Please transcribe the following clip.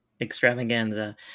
extravaganza